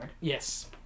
Yes